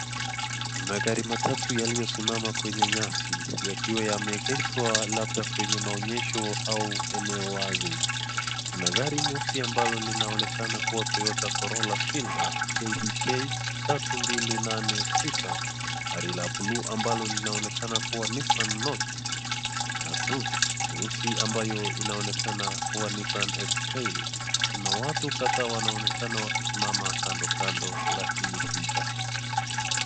Magari matatu yaliyo simama kwenye nyasi yakiwa yanaegeshwa labda kwenye maegesho au eneo wazi. Kuna gari nyeusi ambalo linaonekana kuwa Toyota corolla Filder KDJ 3286, gari la bluu linaonekana kuwa Nissan note]cs] na Suv nyeusi ambayo inaonekana kuwa Nissan Xtrail . Kuna watu kadhaa wanaonekana kando kando la hili picha.